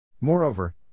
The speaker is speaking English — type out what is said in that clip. Moreover